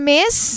Miss